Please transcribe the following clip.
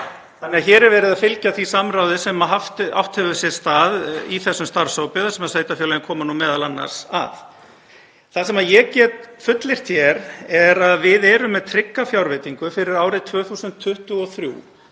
Þannig að hér er verið að fylgja því samráði sem haft átt hefur sér stað í þessum starfshópi sem sveitarfélögin koma m.a. að. Það sem ég get fullyrt hér er að við erum með trygga fjárveitingu fyrir árið 2023.